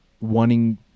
wanting